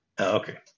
Okay